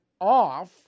off